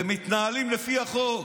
ומתנהלים לפי החוק.